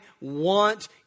want